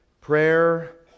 Prayer